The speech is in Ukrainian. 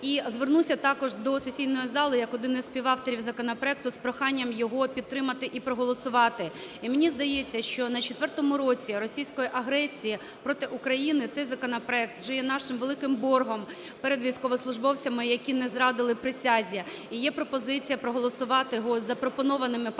і звернуся також до сесійної залі як один із співавторів законопроекту з проханням його підтримати і проголосувати. 12:01:18 ГЕРАЩЕНКО І.В. І мені здається, що на четвертому році російської агресії проти України цей законопроект вже є нашим великим боргом перед військовослужбовцями, які не зрадили присязі. І є пропозиція проголосувати його з запропонованими поправками,